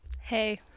Hey